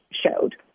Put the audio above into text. showed